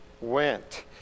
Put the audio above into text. went